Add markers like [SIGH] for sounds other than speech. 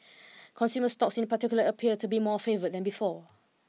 consumer stocks in particular appear to be more favoured than before [NOISE]